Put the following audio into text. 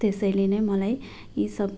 त्यसैले नै मलाई यी सब